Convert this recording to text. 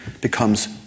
becomes